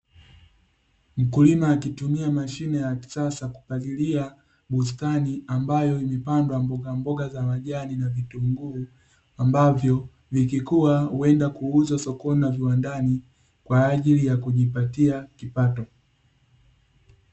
Mkulima akitumia mashine ya kisasa kupalilia bustani ambayo imepandwa mbogamboga za mjani na vitunguu, ambavyo vikikua huenda kuuzwa sokoni na viwandani kwa ajili ya kujipatia kipato.